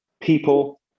people